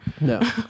No